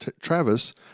Travis